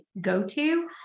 go-to